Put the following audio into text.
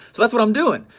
so that's what i'm doing,